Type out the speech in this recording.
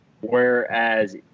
Whereas